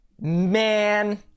man